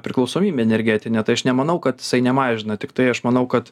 priklausomybę energetinę tai aš nemanau kad jisai nemažina tiktai aš manau kad